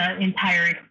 entire